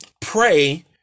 pray